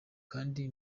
kandi